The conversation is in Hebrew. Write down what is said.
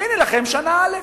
והנה לכם שנה א'.